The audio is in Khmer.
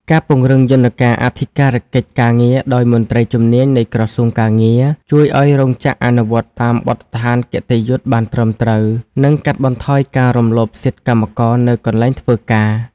ការពង្រឹងយន្តការអធិការកិច្ចការងារដោយមន្ត្រីជំនាញនៃក្រសួងការងារ ជួយឱ្យរោងចក្រអនុវត្តតាមបទដ្ឋានគតិយុត្តិបានត្រឹមត្រូវ និងកាត់បន្ថយការរំលោភសិទ្ធិកម្មករនៅកន្លែងធ្វើការ។